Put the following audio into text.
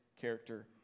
character